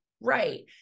right